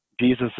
Jesus